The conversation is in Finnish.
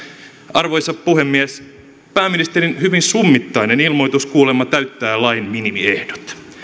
arvoisa puhemies pääministerin hyvin summittainen ilmoitus kuulemma täyttää lain minimiehdot